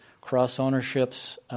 cross-ownerships